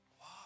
Wow